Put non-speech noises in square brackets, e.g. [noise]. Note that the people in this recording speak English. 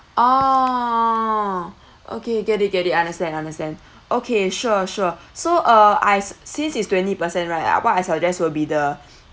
oh okay get it get it understand understand okay sure sure [breath] so uh I since it's twenty percent right I what I suggest will be the